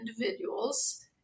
individuals